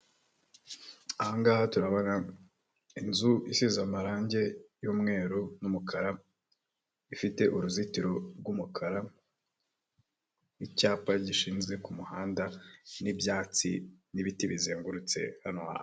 Aha ngaha turabona inzu isize amarangi y'umweru n'umukara, ifite uruzitiro rw'umukara, icyapa gishinze ku muhanda, n'ibyatsi, n'ibiti bizengurutse hano hantu.